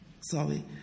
Sorry